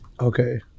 Okay